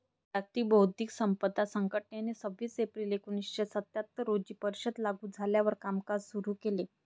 जागतिक बौद्धिक संपदा संघटनेने सव्वीस एप्रिल एकोणीसशे सत्याहत्तर रोजी परिषद लागू झाल्यावर कामकाज सुरू केले